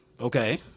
Okay